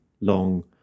long